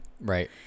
Right